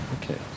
okay